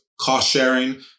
cost-sharing